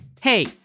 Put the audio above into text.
Hey